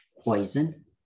poison